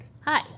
Hi